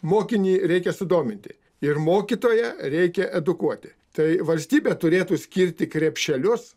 mokinį reikia sudominti ir mokytoją reikia edukuoti tai valstybė turėtų skirti krepšelius